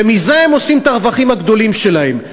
ומזה הם עושים את הרווחים הגדולים שלהם.